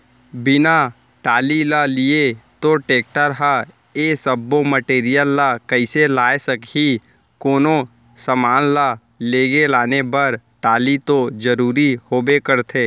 बिना टाली ल लिये तोर टेक्टर ह ए सब्बो मटेरियल ल कइसे लाय सकही, कोनो समान ल लेगे लाने बर टाली तो जरुरी होबे करथे